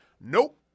nope